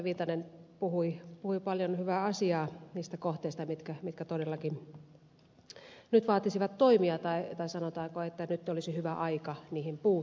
viitanen puhui paljon hyvää asiaa niistä kohteista mitkä todellakin nyt vaatisivat toimia tai sanotaanko että nyt olisi hyvä aika niihin puuttua